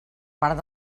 part